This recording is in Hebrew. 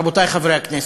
רבותי חברי הכנסת.